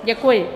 Děkuji.